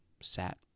sat